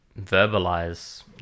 verbalize